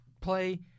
play